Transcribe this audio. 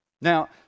Now